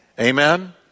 Amen